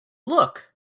look